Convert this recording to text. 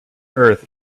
earth